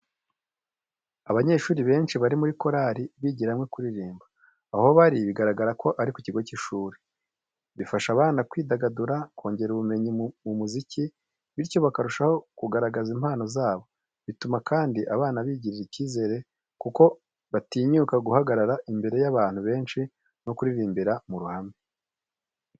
Abanyeshuri benshi bari muri korali bigira hamwe kuririmba. Aho bari bigaragara ko ari ku kigo cy'ishuri. Bifasha abana kwidagadura, kongera ubumenyi mu muziki, bityo bakarushaho kugaragaza impano zabo. Bituma kandi abana bigirira icyizere kuko batinyuka guhagarara imbere y'abantu benshi no kuririmbira mu ruhame.